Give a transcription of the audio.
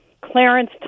Clarence